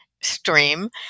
stream